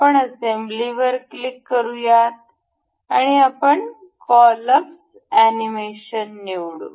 आपण असेंब्लीवर क्लिक करू आणि आपण कोलएप्स एनिमेशन निवडू